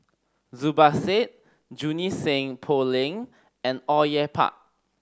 Zubir Said Junie Sng Poh Leng and Au Yue Pak